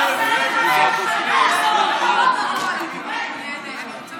תראה, הוא שמע לפחות, הינה, הינה, ראית?